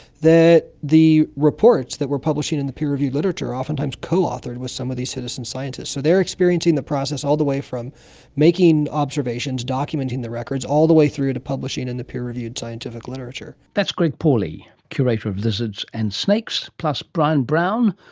that the reports that we are publishing in the peer-reviewed literature are oftentimes co-authored with some of these citizen scientists. so they are experiencing the process all the way from making observations, documenting the records, all the way through to publishing in the peer-reviewed scientific literature. that's greg pauly, curator of lizards and snakes, plus brian brown,